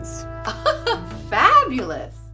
fabulous